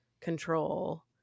control